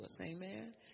Amen